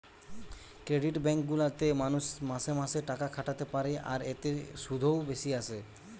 credit bank গুলা তে মানুষ মাসে মাসে টাকা খাটাতে পারে আর এতে শুধও বেশি আসে